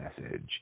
message